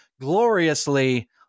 gloriously